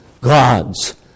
God's